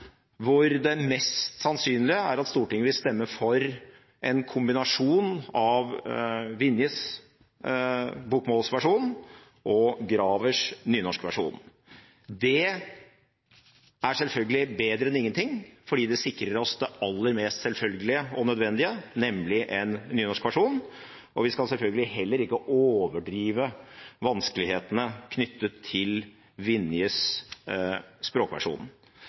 hvor det mest sannsynlige er at Stortinget vil stemme for en kombinasjon av Vinjes bokmålsversjon og Graver-utvalgets nynorskversjon. Det er selvfølgelig bedre enn ingenting, fordi det sikrer oss det aller mest selvfølgelige og nødvendige, nemlig en nynorskversjon. Vi skal selvfølgelig heller ikke overdrive vanskelighetene knyttet til